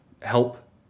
help